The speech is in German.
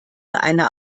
einer